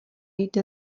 jde